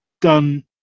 done